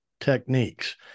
techniques